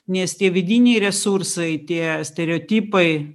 nes tie vidiniai resursai tie stereotipai